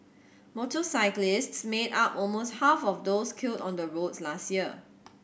motorcyclists made up almost half of those killed on the roads last year